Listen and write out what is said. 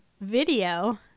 video